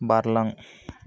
बारलां